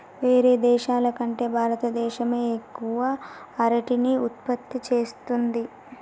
వేరే దేశాల కంటే భారత దేశమే ఎక్కువ అరటిని ఉత్పత్తి చేస్తంది